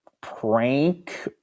prank